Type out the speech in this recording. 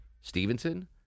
Stevenson